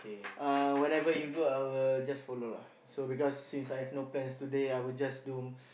uh whenever you go I will just follow lah so because since I have no plans today I will just do